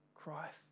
Christ